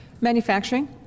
Manufacturing